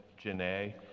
Janae